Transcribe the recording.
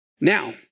now